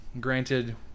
Granted